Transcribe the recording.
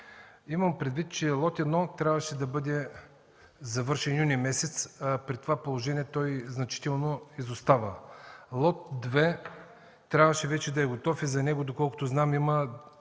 Имам предвид, че лот 1 трябваше да бъде завършен юни месец, а при това положение той значително изостава. Лот 2 трябваше вече да е готов и за него, доколкото знам, има